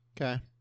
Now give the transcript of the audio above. Okay